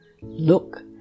Look